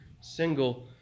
single